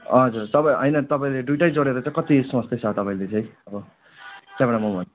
हजुर तपाईँ होइन तपाईँले दुइवटै जोडेर चाहिँ कति सोच्दैछ तपाईँले चाहिँ अब त्यहाँबाट म भन्